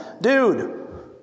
Dude